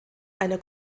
einer